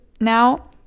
now